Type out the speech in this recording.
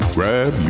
Grab